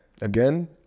Again